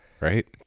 Right